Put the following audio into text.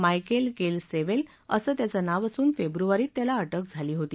Michael Kell Sewell असं त्याचं नाव असून फेब्रुवारीत त्याला अटक झाली होती